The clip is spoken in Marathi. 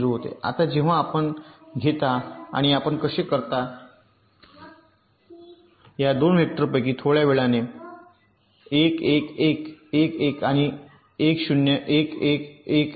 आता जेव्हा आपण घेता आणि आपण असे करता या 2 वेक्टरपैकी थोड्या वेळाने 1 1 1 1 1 आणि 1 0 1 11